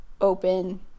open